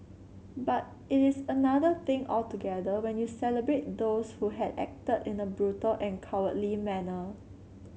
but it is another thing altogether when you celebrate those who had acted in a brutal and cowardly manner